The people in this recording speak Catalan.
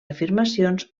afirmacions